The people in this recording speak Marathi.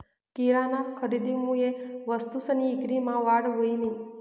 किराना खरेदीमुये वस्तूसनी ईक्रीमा वाढ व्हयनी